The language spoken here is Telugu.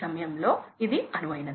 సరే పద్నాలుగు వేలు